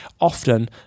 often